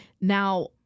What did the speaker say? Now